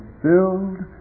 filled